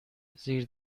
دیگری